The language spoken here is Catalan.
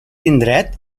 indret